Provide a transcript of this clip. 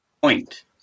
Point